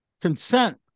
consent